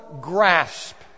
grasp